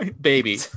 Baby